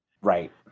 right